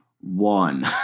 one